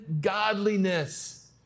godliness